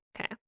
Okay